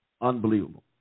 Unbelievable